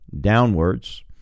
downwards